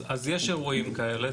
אז יש אירועים כאלה,